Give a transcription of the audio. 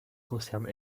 concerne